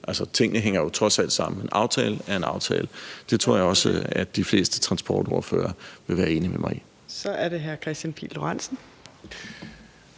til. Tingene hænger trods alt sammen, en aftale er en aftale. Det tror jeg også at de fleste transportordførere vil være enig med mig i. Kl. 21:55 Fjerde næstformand